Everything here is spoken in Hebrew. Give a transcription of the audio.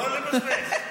לא לבזבז.